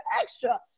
extra